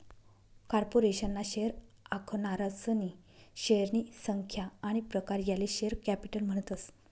corporation ना share आखनारासनी शेअरनी संख्या आनी प्रकार याले शेअर कॅपिटल म्हणतस